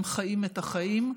הם חיים את החיים,